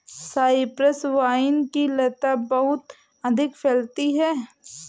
Cyprus vine की लता बहुत अधिक फैलती है